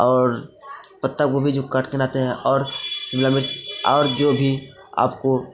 और पत्ता गोभी जो काट के लाते हैं और शिमला मिर्च और जो भी आपको